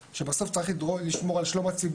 שכשאסיר מגיע והוא במצב כזה,